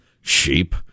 Sheep